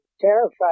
terrified